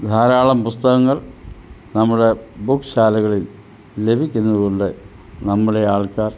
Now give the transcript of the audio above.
ധാരാളം പുസ്തകങ്ങൾ നമ്മുടെ ബുക്ക് ശാലകളിൽ ലഭിക്കുന്നതു കൊണ്ടു നമ്മുടെ ആൾക്കാർ